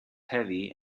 heavy